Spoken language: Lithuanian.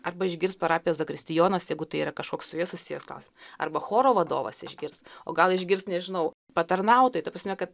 arba išgirs parapijos zakristijonas jeigu tai yra kažkoks su juo susijęs klausi arba choro vadovas išgirs o gal išgirs nežinau patarnautojai ta prasme kad